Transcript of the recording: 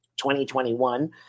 2021